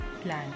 plan